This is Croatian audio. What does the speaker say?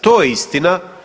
To je istina.